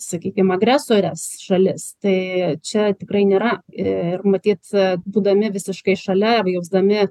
sakykim agresores šalis tai čia tikrai nėra ir matyt būdami visiškai šalia ir jausdami